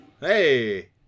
hey